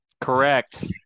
Correct